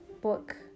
book